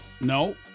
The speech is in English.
No